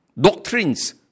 doctrines